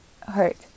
hurt